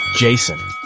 Jason